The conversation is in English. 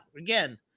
again